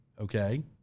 okay